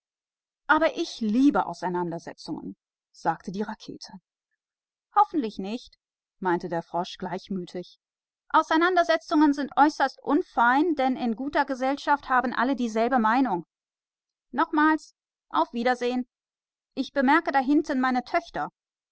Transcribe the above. aber ich mag streit gern sagte die rakete hoffentlich nicht sagte der frosch höflich streit ist etwas ganz ordinäres denn in der guten gesellschaft haben alle dieselbe meinung also nochmals auf wiedersehen da drüben sind meine töchter